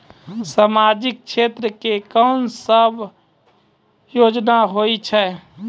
समाजिक क्षेत्र के कोन सब योजना होय छै?